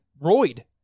Royd